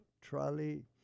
Trolley